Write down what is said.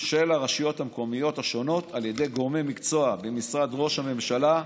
של הרשויות המקומיות השונות על ידי גורמי מקצוע במשרד ראש הממשלה,